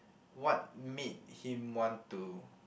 what made him want to